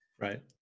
Right